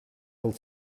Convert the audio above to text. will